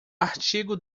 artigo